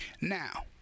now